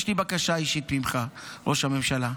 יש לי בקשה אישית ממך, ראש הממשלה.